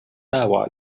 now